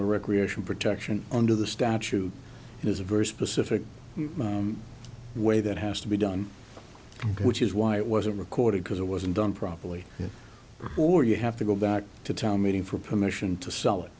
or recreation protection under the statute is a very specific way that has to be done which is why it wasn't recorded because it wasn't done properly or you have to go back to town meeting for permission to sell it